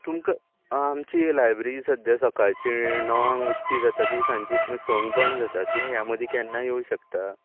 तुमकां आमची लायब्री सद्याक सकाळची णवांक उक्ती जाता ती सांची सक बंद जाता तूं ह्या मदीं केन्नाय येवंक शकता